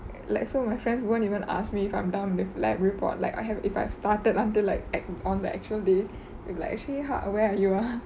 like some of my friends won't even ask me if I'm done with lab report like I have if I have started until like act~ on the actual day they'll be like actually how where are you ah